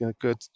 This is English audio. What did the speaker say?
good